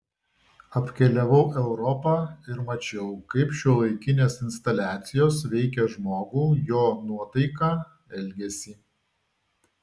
apkeliavau europą ir mačiau kaip šiuolaikinės instaliacijos veikia žmogų jo nuotaiką elgesį